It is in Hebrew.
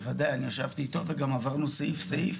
בוודאי, אני ישבתי אתו וגם עברנו סעיף-סעיף.